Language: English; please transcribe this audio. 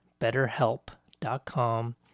betterhelp.com